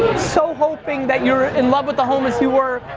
so hoping that you're in love with the home as you were,